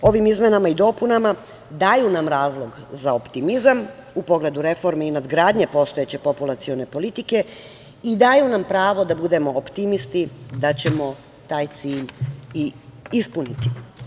Ove izmene i dopune daju nam razlog za optimizam u pogledu reformi i nadgradnje postojeće populacione politike i daju nam pravo da budemo optimisti da ćemo taj cilj i ispuniti.